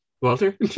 Walter